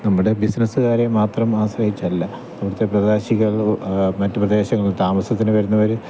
നമ്മുടെ ബിസിനസ്സുകാരെ മാത്രം ആശ്രയിച്ചല്ല ഇവടത്തെ പ്രവാസികൾ മറ്റു പ്രദേശങ്ങളിൽ താമസത്തിന് വരുന്നവർ